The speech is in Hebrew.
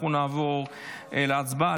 אנחנו נעבור להצבעה.